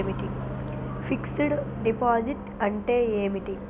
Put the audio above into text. Fix డ్ deposit అంటే ఏమిటి?